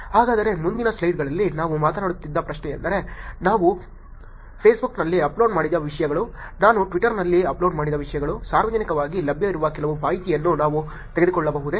ಹಾಗಾದರೆ ಮುಂದಿನ ಸ್ಲೈಡ್ಗಳಲ್ಲಿ ನಾವು ಮಾತನಾಡುತ್ತಿದ್ದ ಪ್ರಶ್ನೆಯೆಂದರೆ ನಾನು ಫೇಸ್ಬುಕ್ನಲ್ಲಿ ಅಪ್ಲೋಡ್ ಮಾಡಿದ ವಿಷಯಗಳು ನಾನು ಟ್ವಿಟರ್ನಲ್ಲಿ ಅಪ್ಲೋಡ್ ಮಾಡಿದ ವಿಷಯಗಳು ಸಾರ್ವಜನಿಕವಾಗಿ ಲಭ್ಯವಿರುವ ಕೆಲವು ಮಾಹಿತಿಯನ್ನು ನಾವು ತೆಗೆದುಕೊಳ್ಳಬಹುದೇ